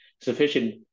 sufficient